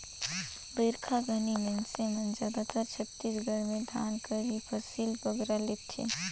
बरिखा घनी मइनसे मन जादातर छत्तीसगढ़ में धान कर ही फसिल बगरा लेथें